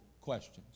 questions